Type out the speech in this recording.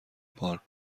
پارک